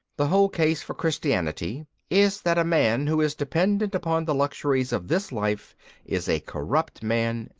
the whole case for christianity is that a man who is dependent upon the luxuries of this life is a corrupt man,